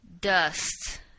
Dust